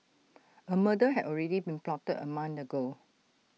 A murder had already been plotted A month ago